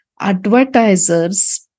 Advertisers